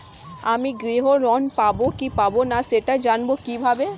আমি গৃহ ঋণ পাবো কি পাবো না সেটা জানবো কিভাবে?